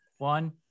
One